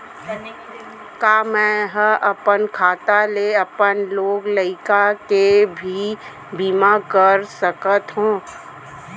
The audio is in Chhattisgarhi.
का मैं ह अपन खाता ले अपन लोग लइका के भी बीमा कर सकत हो